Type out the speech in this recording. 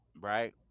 right